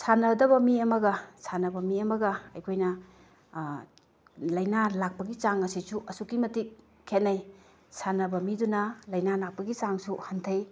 ꯁꯥꯟꯅꯗꯕ ꯃꯤ ꯑꯃꯒ ꯁꯥꯟꯅꯕ ꯃꯤ ꯑꯃꯒ ꯑꯩꯈꯣꯏꯅ ꯂꯩꯅꯥ ꯂꯥꯛꯄꯒꯤ ꯆꯥꯡ ꯑꯁꯤꯁꯨ ꯑꯁꯨꯛꯀꯤ ꯃꯇꯤꯛ ꯈꯦꯅꯩ ꯁꯥꯟꯅꯕ ꯃꯤꯗꯨꯅ ꯂꯩꯅꯥ ꯂꯥꯛꯄꯒꯤ ꯆꯥꯡꯁꯨ ꯍꯟꯊꯩ